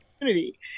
community